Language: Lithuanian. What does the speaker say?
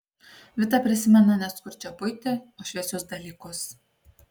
vita prisimena ne skurdžią buitį o šviesius dalykus